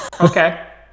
Okay